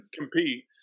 compete